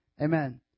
Amen